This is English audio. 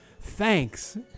Thanks